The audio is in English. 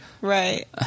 right